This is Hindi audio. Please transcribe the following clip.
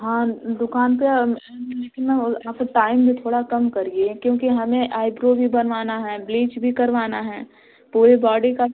हाँ दुकान पर लेकिन मैम हाँ तो टाइम भी थोड़ा कम करिए क्योंकि हमें आइब्रो भी बनवाना है ब्लीच भी करवाना है पूरी बॉडी का